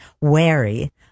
wary